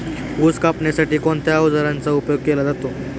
ऊस कापण्यासाठी कोणत्या अवजारांचा उपयोग केला जातो?